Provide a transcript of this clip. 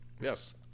Yes